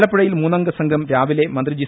ആലപ്പുഴയിൽ മൂന്നംഗ സംഘം രാവിലെ മന്ത്രി ജി